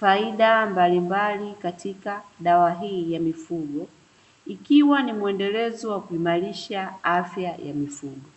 faida mbalimbali katika dawa hii, ikiwa ni muendelezo wa kuimarisha afya ya mifugo.